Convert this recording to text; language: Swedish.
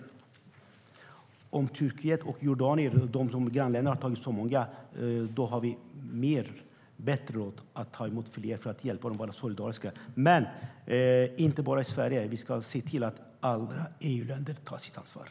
Eftersom Turkiet och Jordanien, grannländerna, tar emot så många ska vi ta emot fler för att vara solidariska. Det har vi råd till. Men det gäller inte bara Sverige. Vi ska se till att alla EU-länder tar sitt ansvar.